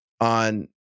on